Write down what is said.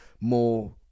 more